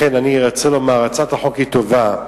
לכן אני רוצה לומר, הצעת החוק היא טובה,